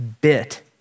bit